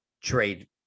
trade